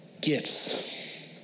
gifts